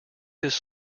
his